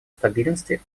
стабильности